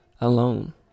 Alone